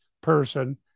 person